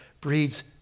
breeds